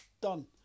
done